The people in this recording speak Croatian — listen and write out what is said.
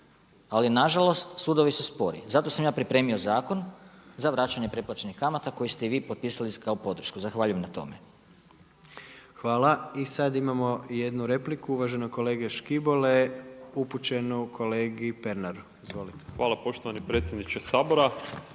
ali nažalost, sudovi su spori. Zato sam ja pripremio zakon za vraćanje preplaćenih kamata koji ste i vi potpisali kao podršku. Zahvaljujem na tome. **Jandroković, Gordan (HDZ)** Hvala. I sad imamo jednu repliku uvaženog kolege Škibole upućenu kolegi Pernaru. Izvolite. **Škibola, Marin (Nezavisni)** Hvala